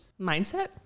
mindset